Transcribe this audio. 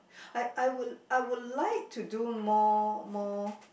I I would I would like to do more more